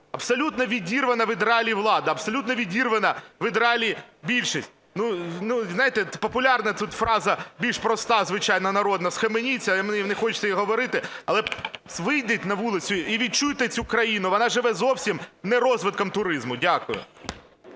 абсолютно відірвана від реалій влада, абсолютно відірвана від реалій більшість. Знаєте, популярна тут фраза, більш проста, звичайна, народна – "схаменіться", мені не хочеться її говорити, але вийдіть на вулицю і відчуйте цю країну, вона живе зовсім не розвитком туризму. Дякую.